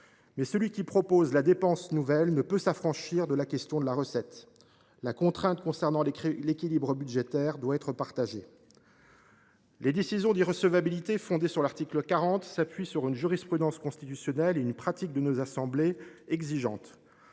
Mais celui qui propose la dépense nouvelle ne peut s’affranchir de la question de la recette. La contrainte concernant l’équilibre budgétaire doit être partagée. Les décisions d’irrecevabilité fondées sur l’article 40 s’appuient sur une jurisprudence constitutionnelle et sur une pratique de nos assemblées exigeante.